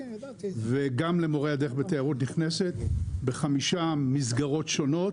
וגם למורי הדרך בתיירות נכנסת, בחמש מסגרות שונות.